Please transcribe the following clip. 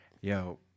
yo